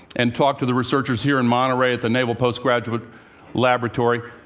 and talked to the researchers here in monterey at the naval postgraduate laboratory.